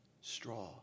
straw